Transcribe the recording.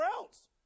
else